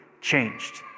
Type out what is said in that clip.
changed